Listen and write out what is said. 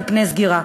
מפני סגירה.